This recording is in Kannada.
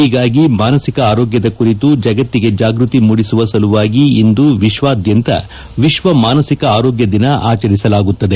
ಹೀಗಾಗಿ ಮಾನಸಿಕ ಆರೋಗ್ಯದ ಕುರಿತು ಜಗತ್ತಿಗೆ ಜಾಗೃತಿ ಮೂಡಿಸುವ ಸಲುವಾಗಿ ಇಂದು ವಿಶ್ವದಾದ್ಯಂತ ವಿಶ್ವ ಮಾನಸಿಕ ಆರೋಗ್ಯ ದಿನ ಆಚರಿಸಲಾಗತ್ತದೆ